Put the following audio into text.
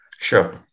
Sure